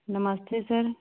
ਨਮਸਤੇ sir